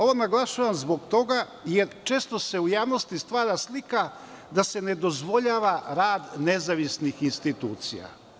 Ovo naglašavam zbog toga jer često se u javnosti stvara slika da se ne dozvoljava rad nezavisnih institucija.